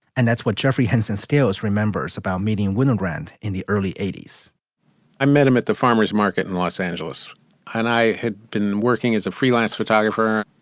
and that's what jeffrey henson stills remembers about meeting winogrand in the early eighty s i met him at the farmer's market in los angeles and i had been working as a freelance photographer.